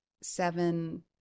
seven